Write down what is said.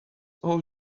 all